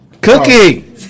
Cookie